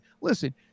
listen